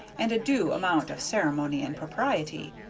and a due amount of ceremony and propriety.